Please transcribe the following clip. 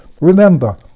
Remember